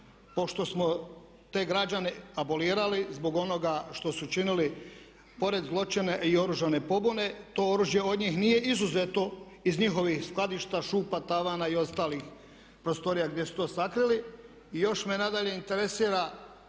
pošto smo te građane abolirali zbog onoga što su činili pored zločina i oružane pobune to oružje od njih nije izuzeto iz njihovih skladišta, šupa, tavana i ostalih prostorija gdje su to sakrili.